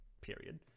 period